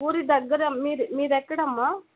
ఊరి దగ్గర మీరు మీది ఎక్కడమ్మా